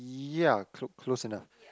ya c~ close enough